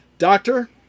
Doctor